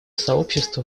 сообщество